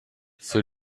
für